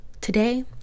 Today